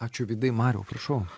ačiū vydai mariau prašau